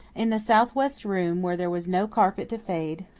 in the south-west room, where there was no carpet to fade,